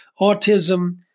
autism